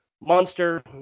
monster